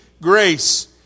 grace